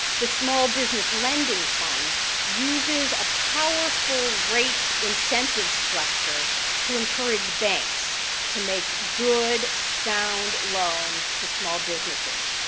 the small business lending fund uses a powerful rate incentive structure to encourage banks to make good, sound loans to small businesses.